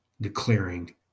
declaring